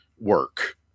work